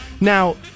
Now